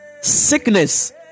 sickness